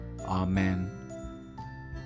amen